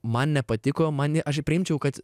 man nepatiko man ji aš ją priimčiau kad